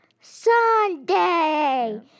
Sunday